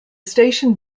station